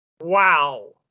wow